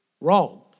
Wrong